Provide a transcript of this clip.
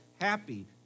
happy